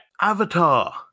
avatar